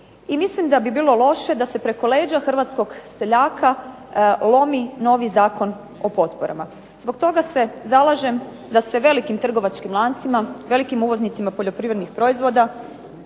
i mislim da bi bilo loše da se preko leđa Hrvatskog seljaka lomi novi Zakon o potporama. Zbog toga se zalažem da se velikim trgovačkim lancima, velikim uvoznicima poljoprivrednih proizvoda